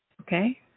Okay